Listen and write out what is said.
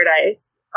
Paradise